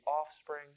offspring